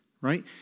right